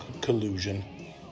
collusion